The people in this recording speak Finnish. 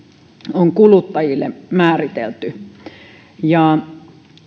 on kuluttajille määritelty